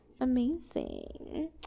amazing